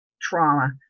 trauma